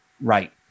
right